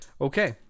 Okay